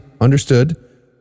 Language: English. Understood